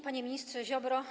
Panie Ministrze Ziobro!